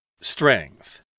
Strength